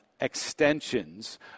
extensions